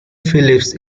phillips